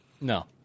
No